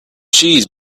cheese